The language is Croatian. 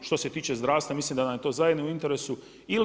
Što se tiče zdravstva mislim da nam je to zajedno u interesu.